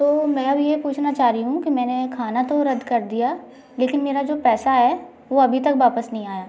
तो मैं अब ये पूछना चाह रही हूँ कि मैंने खाना तो रद्द कर दिया लेकिन मेरा जो पैसा है वो अभी तक वापस नहीं आया